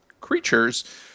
creatures